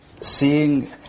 seeing